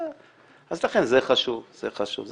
לכן זה חשוב וזה חשוב,